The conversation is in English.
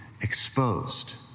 exposed